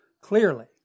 clearly